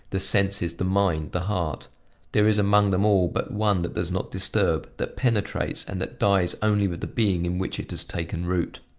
the senses, the mind, the heart there is among them all but one that does not disturb, that penetrates, and that dies only with the being in which it has taken root.